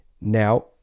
Now